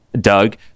Doug